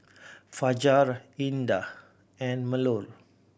Fajar Indah and Melur